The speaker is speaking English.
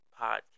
podcast